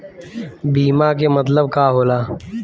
बीमा के मतलब का होला?